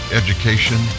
education